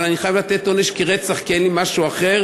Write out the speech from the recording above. אבל אני חייב לתת עונש כרצח כי אין לי משהו אחר.